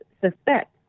suspect